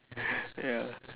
yeah